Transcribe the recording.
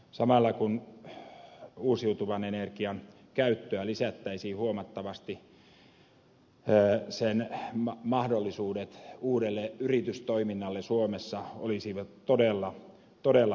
samalla kun uusiutuvan energian käyttöä lisättäisiin huomattavasti sen mahdollisuudet uudelle yritystoiminnalle suomessa olisivat todella merkittävät